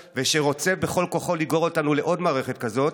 ושרוצה בכל כוחו לגרור אותנו לעוד מערכת כזאת.